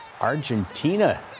Argentina